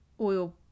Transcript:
oil